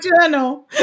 Journal